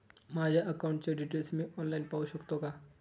माझ्या अकाउंटचे डिटेल्स मी ऑनलाईन पाहू शकतो का?